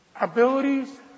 abilities